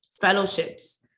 fellowships